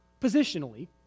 positionally